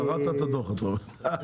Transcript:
קראת את הדו"ח, אתה אומר.